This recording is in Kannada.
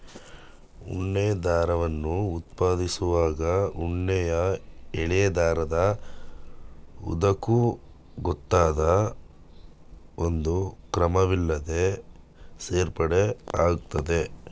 ಉಣ್ಣೆ ದಾರವನ್ನು ಉತ್ಪಾದಿಸುವಾಗ ಉಣ್ಣೆಯ ಎಳೆ ದಾರದ ಉದ್ದಕ್ಕೂ ಗೊತ್ತಾದ ಒಂದು ಕ್ರಮವಿಲ್ಲದೇ ಸೇರ್ಪಡೆ ಆಗ್ತದೆ